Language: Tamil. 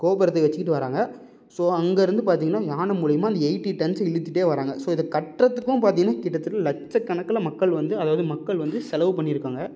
கோபுரத்துக்கு வச்சிக்கிட்டு வராங்க ஸோ அங்கே இருந்து பார்த்தீங்கன்னா யானை மூலியமாக அந்த எயிட்டி டன்ஸை இழுத்துகிட்டே வராங்க ஸோ இதை கட்டுறதுக்கும் பார்த்தீங்கன்னா கிட்டத்தட்ட லட்சக்கணக்கில் மக்கள் வந்து அதாவது மக்கள் வந்து செலவு பண்ணியிருக்காங்க